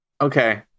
Okay